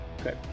Okay